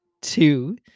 two